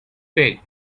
pig